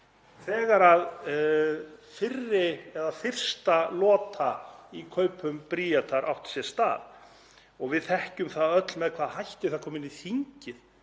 þegar fyrri eða fyrsta lota í kaupum Bríetar átti sér stað. Við þekkjum það öll með hvaða hætti það kom inn í þingið.